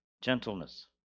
Gentleness